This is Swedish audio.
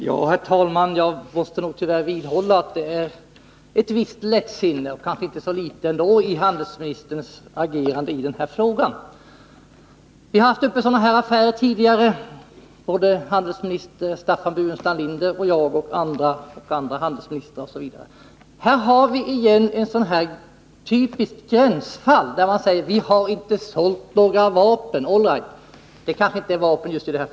Herr talman! Jag måste tyvärr hålla fast vid att det finns ett visst lättsinne, och kanske inte heller så litet, i handelsministerns agerande i denna fråga. Vi har haft uppe sådana här affärer tidigare, och både jag, handelsminister Burenstam Linder och andra handelsministrar har deltagit i debatterna. Här har vi nu på nytt ett typiskt gränsfall. Det heter att man inte har sålt några vapen eller någon krigsmateriel över huvud taget.